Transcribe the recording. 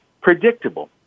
predictable